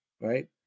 right